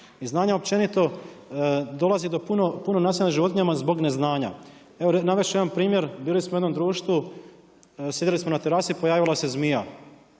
znanja općenito, dolazi do puno nasilja nad životinjama zbog neznanja. Evo navesti ću jedan primjer, bili smo u jednom društvu, sjedili smo na terasi i pojavila se zmija.